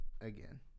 again